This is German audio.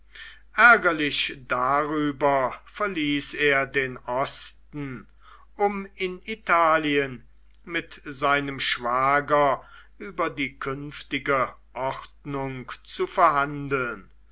ärgerlich darüber verließ er den osten um in italien mit seinem schwager über die künftige ordnung zu verhandeln